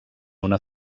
una